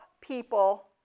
people